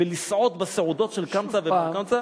ולסעוד בסעודות של קמצא ובר קמצא,